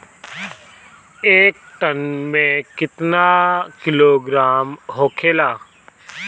एक टन मे केतना किलोग्राम होखेला?